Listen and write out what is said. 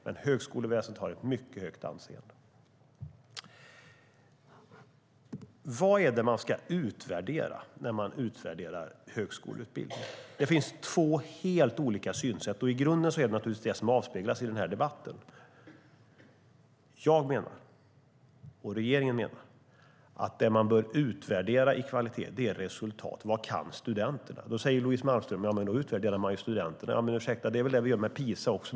Men högskoleväsendet har ett mycket högt anseende. Vad är det man ska utvärdera när man utvärderar högskoleutbildning? Det finns två helt olika synsätt. I grunden är det naturligtvis detta som avspeglas i denna debatt. Jag och regeringen menar att det man bör utvärdera i kvalitet är resultat. Vad kan studenterna? Då säger Louise Malmström att man utvärderar studenterna. Men ursäkta - det är väl det vi gör i PISA också?